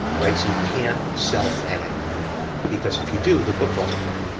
right? so you can't self-edit because if you do, the book falls apart.